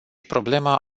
problema